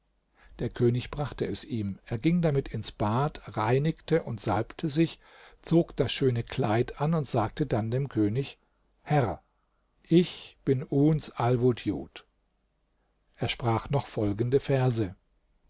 der könig brachte es ihm er ging damit ins bad reinigte und salbte sich zog das schöne kleid an und sagte dann dem könig herr ich bin uns alwudjud er sprach noch folgende verse